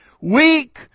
Weak